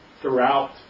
throughout